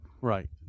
Right